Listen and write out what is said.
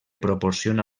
proporciona